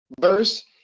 verse